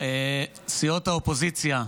סיעות האופוזיציה,